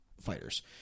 fighters